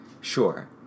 sure